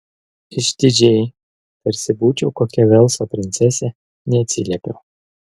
išdidžiai tarsi būčiau kokia velso princesė neatsiliepiau